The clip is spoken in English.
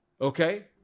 Okay